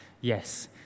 Yes